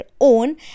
own